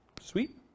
Sweet